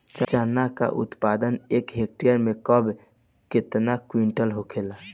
चना क उत्पादन एक हेक्टेयर में कव क्विंटल होला?